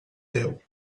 teu